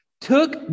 took